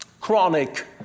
chronic